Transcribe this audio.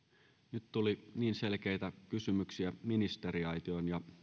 nyt tuli niin selkeitä kysymyksiä ministeriaitioon ja